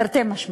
תרתי משמע.